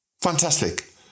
Fantastic